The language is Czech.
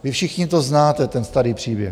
Vy všichni to znáte, ten starý příběh.